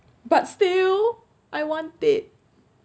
but still I want it